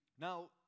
Now